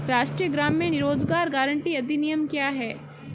राष्ट्रीय ग्रामीण रोज़गार गारंटी अधिनियम क्या है?